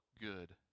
good